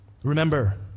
Remember